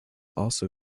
also